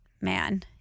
Man